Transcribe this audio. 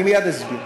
אני מייד אסביר.